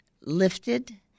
lifted